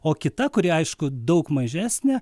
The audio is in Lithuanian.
o kita kuri aišku daug mažesnė